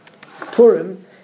Purim